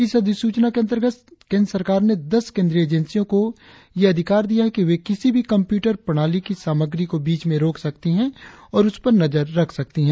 इस अधिसूचना के अंतर्गत सरकार ने दस केंद्रीय एजेंसियों को अधिकार दिया है कि वे किसी भी कम्पयूटर प्रणाली की सामग्री को बीच में रोक सकती है और उस पर नजर रख सकती है